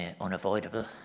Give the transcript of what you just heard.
unavoidable